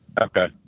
Okay